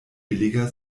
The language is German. billiger